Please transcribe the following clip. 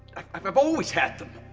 i've i've always had them!